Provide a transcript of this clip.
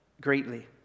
greatly